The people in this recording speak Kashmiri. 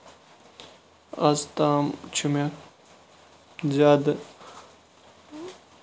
ازتام چھُ مےٚ زیادٕ